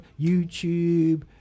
YouTube